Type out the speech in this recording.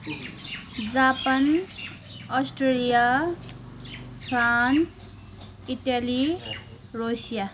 Japan Australia France Italy Russia